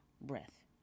breath